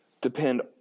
depend